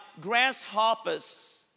grasshoppers